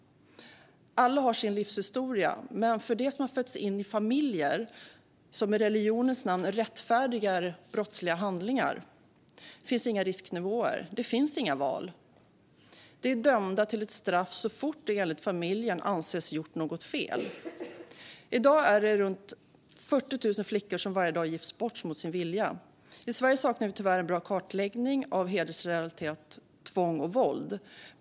Alla har sin livshistoria. Men för dem som fötts in i familjer som i religionens namn rättfärdigar brottsliga handlingar finns inga risknivåer. Det finns inga val. De är dömda till ett straff så fort de enligt familjen anses ha gjort något fel. I dag är det varje dag runt 40 000 flickor som gifts bort mot sin vilja. I Sverige saknar vi tyvärr en bra kartläggning av hedersrelaterat tvång och våld.